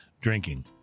drinking